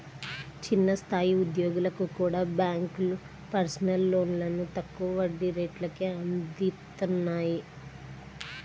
చిన్న స్థాయి ఉద్యోగులకు కూడా బ్యేంకులు పర్సనల్ లోన్లను తక్కువ వడ్డీ రేట్లకే అందిత్తన్నాయి